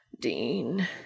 Dean